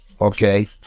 okay